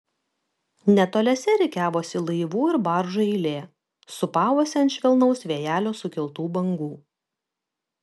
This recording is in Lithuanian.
netoliese rikiavosi laivų ir baržų eilė sūpavosi ant švelnaus vėjelio sukeltų bangų